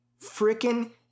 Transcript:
freaking